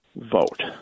vote